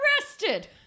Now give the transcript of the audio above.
arrested